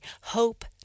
hope